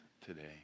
today